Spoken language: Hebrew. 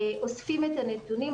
אנחנו אוספים את הנתונים,